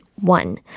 one